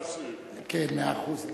כן, מאה אחוז.